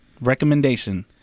recommendation